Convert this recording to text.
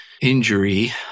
injury